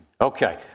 Okay